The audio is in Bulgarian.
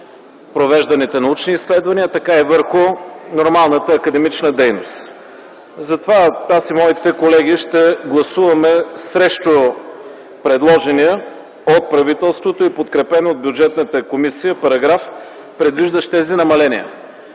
провежданите научни изследвания, така и върху нормалната академична дейност. Затова аз и моите колеги ще гласуваме срещу предложения от правителството и подкрепен от Бюджетната комисия параграф, предвиждащ тези намаления.